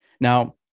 Now